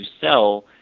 sell